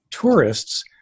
tourists